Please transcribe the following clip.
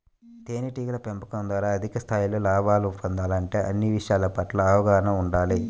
తేనెటీగల పెంపకం ద్వారా అధిక స్థాయిలో లాభాలను పొందాలంటే అన్ని విషయాల పట్ల అవగాహన ఉండాలి